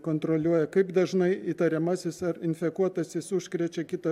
kontroliuoja kaip dažnai įtariamasis ar infekuotasis užkrečia kitą